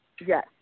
Yes